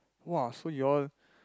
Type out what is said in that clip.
!wah! so you all